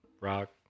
rock